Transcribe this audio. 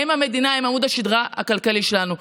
הם המדינה, הם עמוד השדרה הכלכלי שלנו.